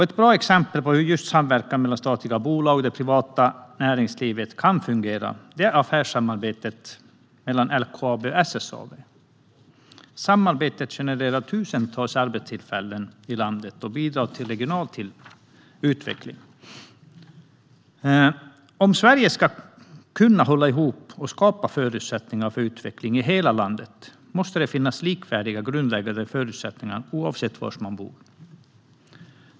Ett bra exempel på hur just samverkan mellan statliga bolag och det privata näringslivet kan fungera är affärssamarbetet mellan LKAB och SSAB. Samarbetet genererar tusentals arbetstillfällen i landet och bidrar till regional utveckling. Om Sverige ska kunna hålla ihop och skapa förutsättningar för utveckling i hela landet måste det finnas likvärdiga grundläggande förutsättningar oavsett var man bor.